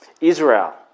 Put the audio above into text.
Israel